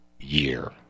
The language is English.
year